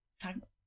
thanks